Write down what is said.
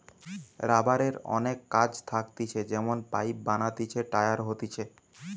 রাবারের অনেক কাজ থাকতিছে যেমন পাইপ বানাতিছে, টায়ার হতিছে